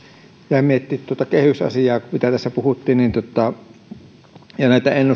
jäin miettimään tuota kehysasiaa mistä tässä puhuttiin ja näitä